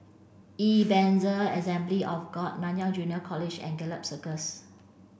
Ebenezer Assembly of God Nanyang Junior College and Gallop Circus